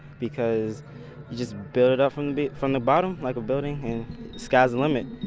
because you just build it up from the from the bottom like a building and sky's the limit.